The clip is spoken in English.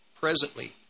Presently